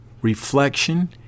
reflection